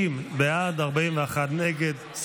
60 בעד, 41 נגד.